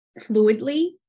fluidly